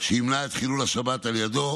שימנע את חילול השבת על ידו,